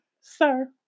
sir